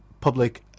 public